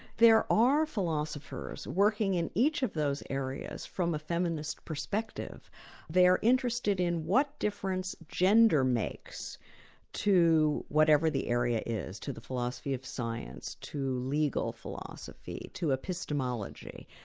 there are philosophers working in each of those areas from a feminist perspective they're interested in what difference gender makes to whatever the area is, to the philosophy of science, to legal philosophy, to epistemology.